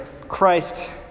Christ